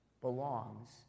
belongs